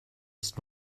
ist